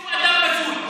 אני חושב שהוא אדם בזוי.